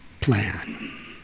plan